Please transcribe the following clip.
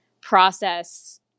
process